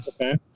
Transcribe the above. okay